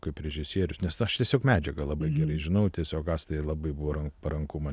buvau kaip režisierius nes aš tiesiog medžiagą labai gerai žinau tiesiog astai labai buvo paranku mane turėti